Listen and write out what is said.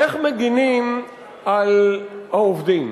איך מגינים על העובדים?